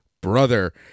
brother